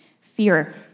Fear